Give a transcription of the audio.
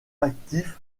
actif